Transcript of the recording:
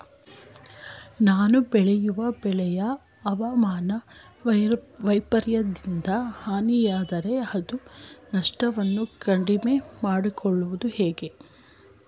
ನಾನು ಬೆಳೆಯುವ ಬೆಳೆಯು ಹವಾಮಾನ ವೈಫರಿತ್ಯದಿಂದಾಗಿ ಹಾನಿಯಾದರೆ ಅದರ ನಷ್ಟವನ್ನು ಕಡಿಮೆ ಮಾಡಿಕೊಳ್ಳುವುದು ಹೇಗೆ?